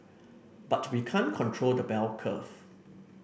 but we can't control the bell curve